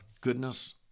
goodness